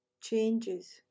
changes